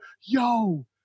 yo